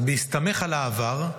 בהסתמך על העבר,